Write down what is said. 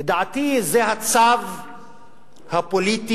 לדעתי זה הצו הפוליטי,